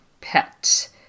pet